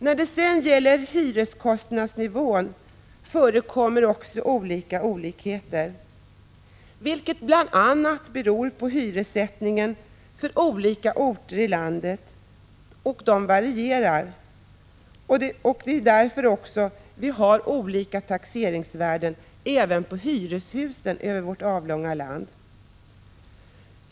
När det gäller hyreskostnadsnivån förekommer också olikheter, vilka bl.a. beror på att hyressättningen för olika orter i landet varierar. Därför är det olika taxeringsvärden även på hyreshusen i vårt avlånga land.